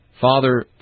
Father